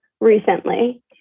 recently